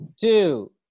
two